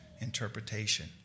interpretation